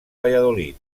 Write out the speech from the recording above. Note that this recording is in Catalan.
valladolid